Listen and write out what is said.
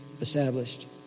established